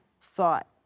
thought